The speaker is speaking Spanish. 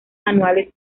anuales